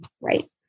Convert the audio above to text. Right